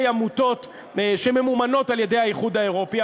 עמותות שממומנות על-ידי האיחוד האירופי.